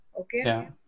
Okay